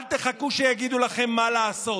אל תחכו שיגידו לכם מה לעשות.